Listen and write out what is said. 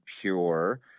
pure